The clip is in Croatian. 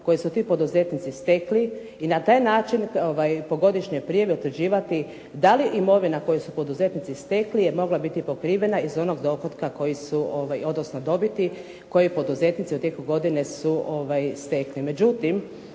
koju su ti poduzetnici stekli i na taj način po godišnjoj privredi utvrđivati da li imovina koju su poduzetnici stekli mogla biti pokrivena iz one dobiti koje poduzetnici su u tijeku godine su stekli. Međutim,